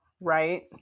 Right